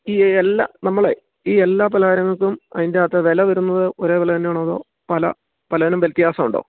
ഈ എല്ലാ നമ്മൾ ഈ എല്ലാ പലഹാരങ്ങൾക്കും അതിൻ്റെ അകത്ത് വിലവരുന്നത് ഒരേ വില തന്നെയാണോ അതോ പല പലതിനും വ്യത്യാസം ഉണ്ടോ